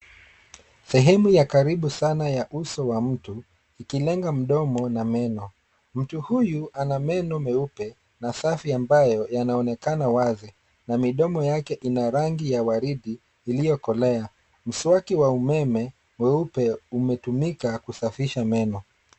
Sehemu ya karibu sana ya uso wa mtu ikilenga mdomo na meno. Mtu huyu ana meno meupe na safi ambayo yanaonekana wazi na midomo yake ina rangi ya waridi iliokolea. Mswaki wa umeme weupe umetumika kusafisha meno.